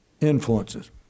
influences